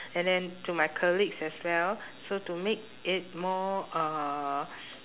and then to my colleagues as well so to make it more uh